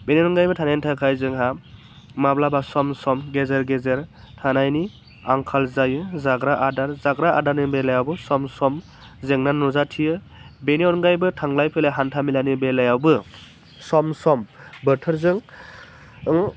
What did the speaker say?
बेनि अनगायैबो थानायनि थाखाय जोंहा माब्लाबा सम सम गेजेर गेजेर थानायनि आंखाल जायो जाग्रा आदार जाग्रा आदारनि बेलायावबो सम सम जेंना नुजाथियो बेनि अनगायैबो थांलाय फैलाय हान्था मेलानि बेलायावबो सम सम बोथोरजों ओम